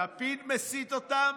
לפיד מסית אותם?